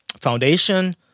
foundation